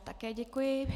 Také děkuji.